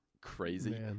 crazy